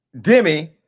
Demi